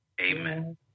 amen